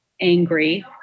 angry